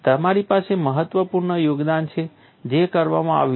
તમારી પાસે મહત્વપૂર્ણ યોગદાન છે જે કરવામાં આવ્યું છે